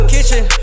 Kitchen